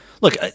look